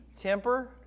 Temper